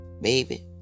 baby